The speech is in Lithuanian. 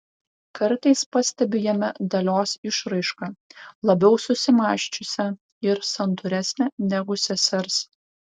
kartais pastebiu jame dalios išraišką labiau susimąsčiusią ir santūresnę negu sesers